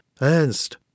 Ernst